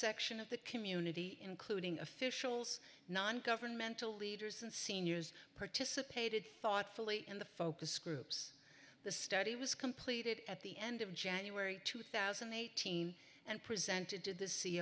section of the community including officials nongovernmental leaders and seniors participated thoughtfully in the focus groups the study was completed at the end of january two thousand and eighteen and presented to the sea